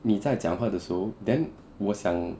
你在讲话的时候 then 我想